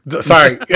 Sorry